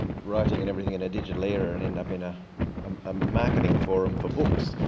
writing and everything in a digital era and end up in a marketing forum for books.